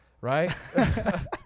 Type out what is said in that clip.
Right